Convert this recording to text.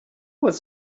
was